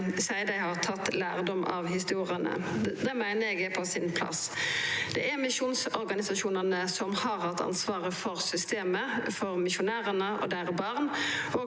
dei har tatt lærdom av historiene. Det meiner eg er på sin plass. Det er misjonsorganisasjonane som har hatt ansvaret for systemet, for misjonærane og deira barn